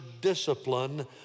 discipline